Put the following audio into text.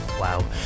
Wow